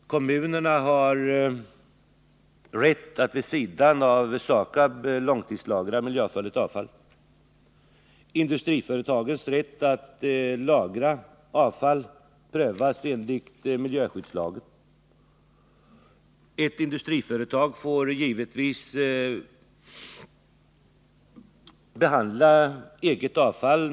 Kommunerna har rätt att vid sidan av SAKAB långtidslagra miljöfarligt avfall. Industriföretagens rätt att lagra avfall prövas enligt miljöskyddslagen. Ett industriföretag får givetvis behandla eget avfall.